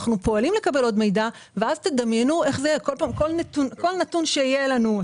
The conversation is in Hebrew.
אנחנו פועלים לקבל עוד מידע ואז דמיינו איך כל נתון שיהיה לנו,